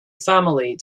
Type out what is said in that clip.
family